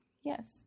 Yes